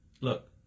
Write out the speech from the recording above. look